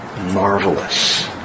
marvelous